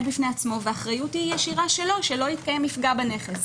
בפני עצמו והאחריות היא ישירה שלו שלא יתקיים מפגע בנכס.